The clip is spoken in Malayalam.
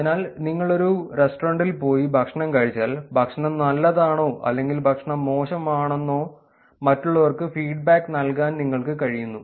അതിനാൽ നിങ്ങൾ ഒരു റെസ്റ്റോറന്റിൽ പോയി ഭക്ഷണം കഴിച്ചാൽ ഭക്ഷണം നല്ലതാണെന്നോ അല്ലെങ്കിൽ ഭക്ഷണം മോശമാണെന്നോ മറ്റുള്ളവർക്ക് ഫീഡ്ബാക്ക് നൽകാൻ നിങ്ങൾക്ക് കഴിയുന്നു